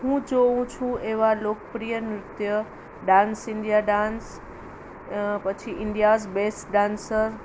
હું જોઉ છું એવા લોકપ્રિય નૃત્ય ડાન્સ ઇન્ડિયા ડાન્સ પછી ઇન્ડિયાઝ બેસ્ટ ડાન્સર